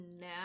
now